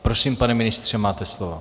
Prosím, pane ministře, máte slovo.